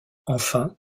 enfin